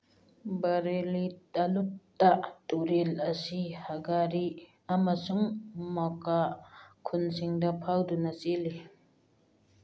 ꯕꯔꯦꯂꯤ ꯇꯂꯨꯛꯇ ꯇꯨꯔꯦꯜ ꯑꯁꯤ ꯍꯒꯥꯔꯤ ꯑꯃꯁꯨꯡ ꯃꯣꯀꯥ ꯈꯨꯟꯁꯤꯡꯗ ꯐꯥꯎꯗꯨꯅ ꯆꯦꯜꯂꯤ